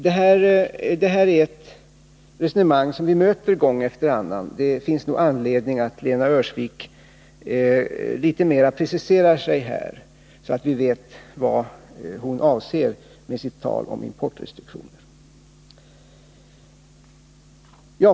Det socialdemokratiska resonemanget på detta område möter vi gång efter annan, men det finns anledning för Lena Öhrsvik att precisera sig litet mera här, så att vi vet vad hon avser med sitt tal om importrestriktioner.